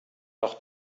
noch